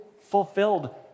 fulfilled